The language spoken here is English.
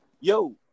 yo